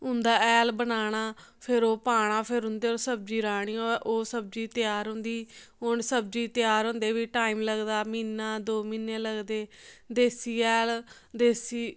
उंदा हैल बनाना फिर ओह् पाना फिर उंदे पर सब्जी राह्नी होऐ ओह् सब्जी त्यार होंदी हून सब्जी त्यार होंदे बी टाइम लगदा म्हीना दौ म्हीने लगदे देसी हैल देसी